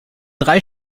drei